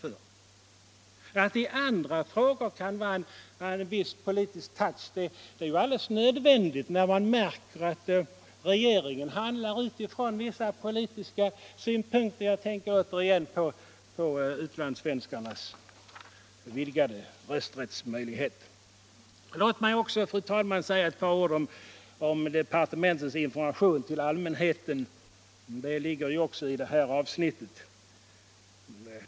Att det i andra frågor kan finnas en viss politisk avsikt är alldeles nödvändigt, när man märker att regeringen handlar utifrån vissa politiska synpunkter. Jag tänker här t.ex. på utlandssvenskarnas vidgade möjligheter att rösta. Låt mig också, fru talman, säga några ord om departementens information till allmänheten. Det är ju en fråga som också ligger i det här avsnittet.